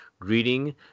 greeting